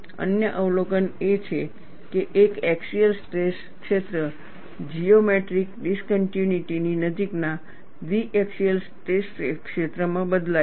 અન્ય અવલોકન એ છે કે એક એક્સીયલ સ્ટ્રેસ ક્ષેત્ર જીઓમેટ્રિક ડિસકન્ટીન્યુટીની નજીકના દ્વિએક્સીયલ સ્ટ્રેસ ક્ષેત્રમાં બદલાય છે